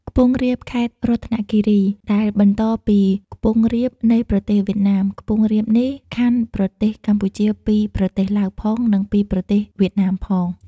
ខ្ពង់រាបខេត្តរតនគិរី ដែលបន្តពីខ្ពង់រាបនៃប្រទេសវៀតណាម ខ្ពង់រាបនេះ ខ័ណ្ឌប្រទេសកម្ពុជាពីប្រទេសឡាវផង និងពីប្រទេសវៀតណាមផង ។